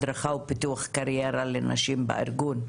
הדרכה ופיתוח קריירה לנשים בארגון,